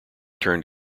turned